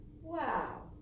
Wow